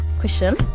question